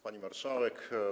Pani Marszałek!